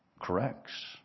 corrects